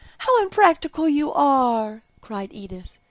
how unpractical you are, cried edith,